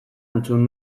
entzun